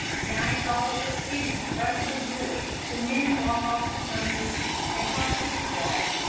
and i saw with inexpressible joy the men walk off to some distance and talk to the squaws.